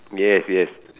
yes yes